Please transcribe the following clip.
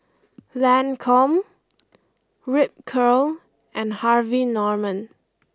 Lancome Ripcurl and Harvey Norman